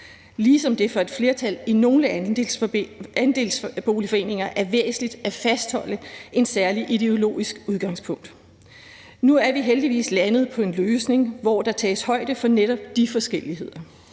ligesom det for et flertal i nogle andelsboligforeninger er væsentligt at fastholde et særligt ideologisk udgangspunkt. Nu er vi heldigvis landet på en løsning, hvor der tages højde for netop de forskelligheder